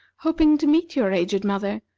hoping to meet your aged mother,